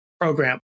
program